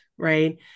Right